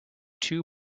two